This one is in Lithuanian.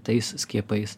tais skiepais